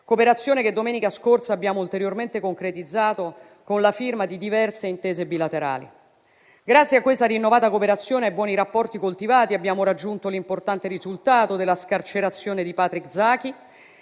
cooperazione che domenica scorsa abbiamo ulteriormente concretizzato con la firma di diverse intese bilaterali. Grazie a questa rinnovata cooperazione e ai buoni rapporti coltivati abbiamo raggiunto l'importante risultato della scarcerazione di Patrick Zaki,